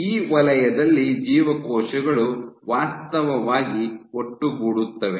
ಈ ವಲಯದಲ್ಲಿ ಜೀವಕೋಶಗಳು ವಾಸ್ತವವಾಗಿ ಒಟ್ಟುಗೂಡುತ್ತವೆ